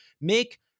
Make